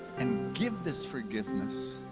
and give this forgiveness